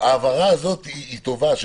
ההבהרה הזאת היא טובה.